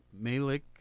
Malik